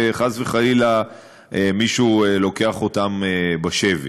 וחס וחלילה מישהו לוקח אותם בשבי.